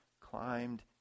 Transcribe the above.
climbed